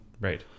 Right